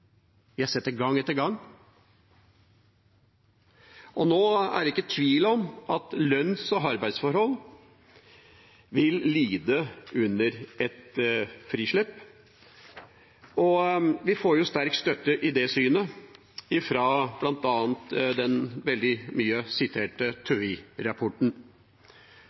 Vi har sett det gang etter gang. Nå er det ikke tvil om at lønns- og arbeidsforhold vil lide under et frislepp. Vi får sterk støtte for det synet i bl.a. den veldig mye siterte